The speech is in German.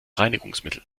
reinigungsmittel